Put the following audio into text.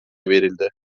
verildi